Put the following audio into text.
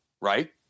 right